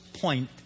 point